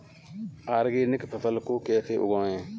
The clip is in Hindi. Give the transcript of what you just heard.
ऑर्गेनिक फसल को कैसे उगाएँ?